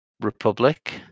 Republic